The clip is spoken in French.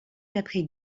d’après